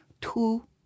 two